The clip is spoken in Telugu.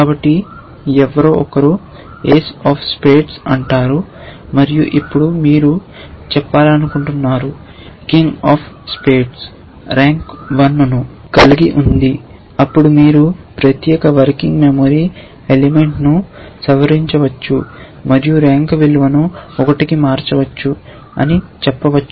కాబట్టి ఎవరో ఒకరు ఏస్ ఆఫ్ స్పేడ్స్ ఆడారు మరియు ఇప్పుడు మీరు చెప్పాలనుకుంటున్నారు కింగ్ ఆఫ్ స్పేడ్స్ ర్యాంక్ 1 ను కలిగి ఉంది అప్పుడు మీరు ప్రత్యేక వర్కింగ్ మెమరీ ఎలిమెంట్ను సవరించవచ్చు మరియు ర్యాంక్ విలువను 1 కి మార్చవచ్చు అని చేపవచ్చు